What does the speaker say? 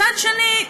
מצד שני,